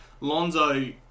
Lonzo